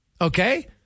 Okay